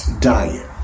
diet